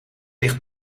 ligt